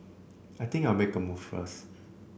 I think I'll make a move first